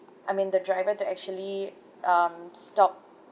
I mean the driver to actually um stop